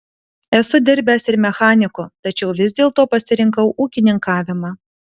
esu dirbęs ir mechaniku tačiau vis dėlto pasirinkau ūkininkavimą